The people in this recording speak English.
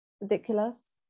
Ridiculous